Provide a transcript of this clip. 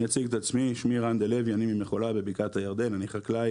אני אציג את עצמי שמי רן דה לוי אני ממחולה בבקעת הירדן אני חקלאי